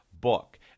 book